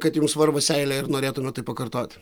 kad jums varva seilė ir norėtumėt tai pakartot